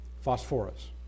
Phosphorus